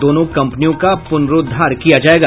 दोनों कंपनियों का पुनरूद्वार किया जायेगा